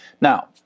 Now